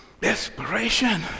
desperation